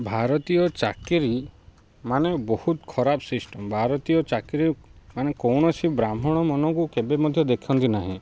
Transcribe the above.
ଭାରତୀୟ ଚାକିରୀ ମାନେ ବହୁତ ଖରାପ ସିଷ୍ଟମ୍ ଭାରତୀୟ ଚାକିରୀ ମାନେ କୌଣସି ବ୍ରାହ୍ମଣ ମାନଙ୍କୁ କେବେ ମଧ୍ୟ ଦେଖନ୍ତି ନାହିଁ